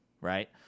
right